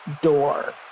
door